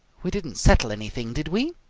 we didn't settle anything, did we?